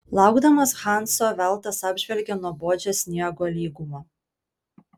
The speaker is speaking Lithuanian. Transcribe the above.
laukdamas hanso veltas apžvelgė nuobodžią sniego lygumą